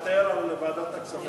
לוותר על ועדת הכספים,